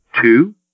Two